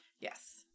Yes